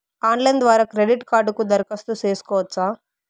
Online ద్వారా credit కార్డుకు దరఖాస్తు సేసుకోవచ్చా?